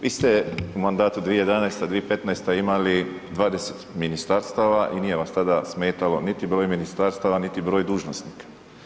Vi ste u mandatu 2011.-2015. imali 20 ministarstava i nije vas tada smetalo niti broj ministarstava niti broj dužnosnika.